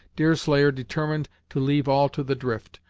deerslayer determined to leave all to the drift,